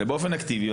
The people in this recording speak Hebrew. אלא באופן אקטיבי.